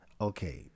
Okay